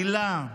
הילה,